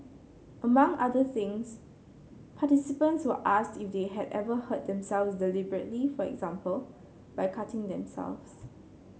among other things participants were asked if they had ever hurt themselves deliberately for example by cutting themselves